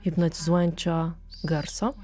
hipnotizuojančio garso